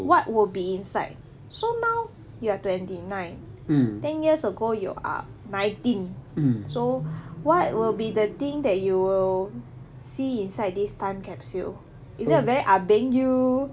what will be inside so now you are twenty nine ten years ago you are nineteen so what will be the thing that you will see inside this time capsule is it a very ah beng you